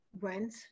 rent